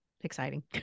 exciting